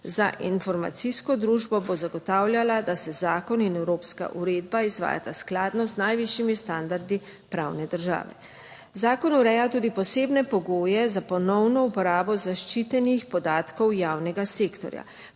za informacijsko družbo bo zagotavljala, da se zakon in evropska uredba izvajata skladno z najvišjimi standardi pravne države. Zakon ureja tudi posebne pogoje za ponovno uporabo zaščitenih podatkov javnega sektorja.